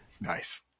Nice